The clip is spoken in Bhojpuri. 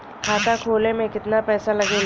खाता खोले में कितना पैसा लगेला?